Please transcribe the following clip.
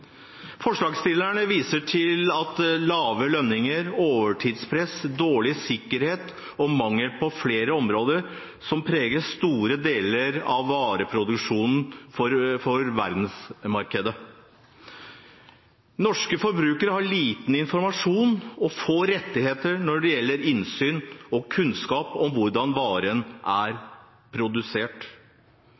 Forslagsstillerne viser til at lave lønninger, overtidspress, dårlig sikkerhet og mangler på flere områder preger store deler av vareproduksjonen for verdensmarkedet. Norske forbrukere har liten informasjon og få rettigheter når det gjelder innsyn i og kunnskap om hvordan varen er produsert.